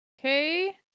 Okay